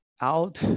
out